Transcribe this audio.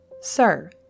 Sir